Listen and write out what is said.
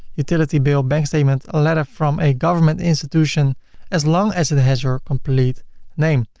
utility bill, bank statement, a letter from a government institution as long as it has your complete name.